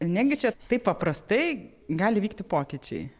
negi čia taip paprastai gali įvykti pokyčiai